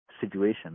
Situation